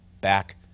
back